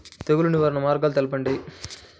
తెగులు నివారణ మార్గాలు తెలపండి?